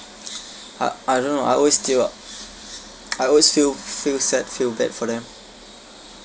I I don't know I always tear up I always feel feel sad feel bad for them